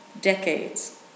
decades